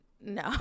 No